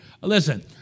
Listen